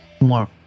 more